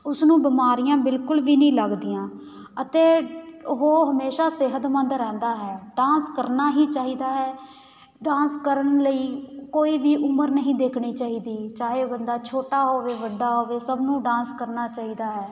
ਉਸ ਨੂੰ ਬਿਮਾਰੀਆਂ ਬਿਲਕੁਲ ਵੀ ਨਹੀਂ ਲੱਗਦੀਆਂ ਅਤੇ ਉਹ ਹਮੇਸ਼ਾਂ ਸਿਹਤਮੰਦ ਰਹਿੰਦਾ ਹੈ ਡਾਂਸ ਕਰਨਾ ਹੀ ਚਾਹੀਦਾ ਹੈ ਡਾਂਸ ਕਰਨ ਲਈ ਕੋਈ ਵੀ ਉਮਰ ਨਹੀਂ ਦੇਖਣੀ ਚਾਹੀਦੀ ਚਾਹੇ ਬੰਦਾ ਛੋਟਾ ਹੋਵੇ ਵੱਡਾ ਹੋਵੇ ਸਭ ਨੂੰ ਡਾਂਸ ਕਰਨਾ ਚਾਹੀਦਾ ਹੈ